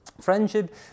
Friendship